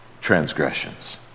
transgressions